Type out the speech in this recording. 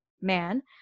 man